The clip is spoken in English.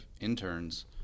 interns